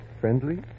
friendly